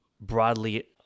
broadly